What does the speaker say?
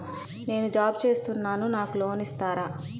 నేను జాబ్ చేస్తున్నాను నాకు లోన్ ఇస్తారా?